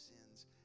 sins